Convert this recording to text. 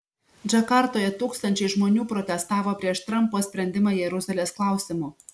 džakartoje tūkstančiai žmonių protestavo prieš trampo sprendimą jeruzalės klausimu